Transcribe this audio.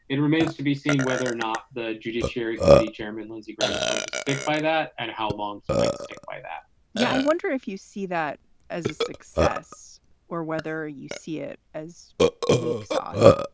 it remains to be seen whether or not the judiciary committee chairman, lindsey graham, is going to stick by that and how long he might stick by that yeah, i wonder if you see that as a success or whether you see it as weak sauce